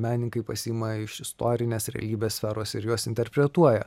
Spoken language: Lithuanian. menininkai pasiima iš istorinės realybės sferos ir juos interpretuoja